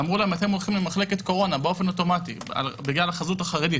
ואמרו להן: אתן הולכות למחלקת קורונה באופן אוטומטי בגלל החזות החרדית.